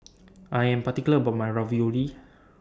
I Am particular about My Ravioli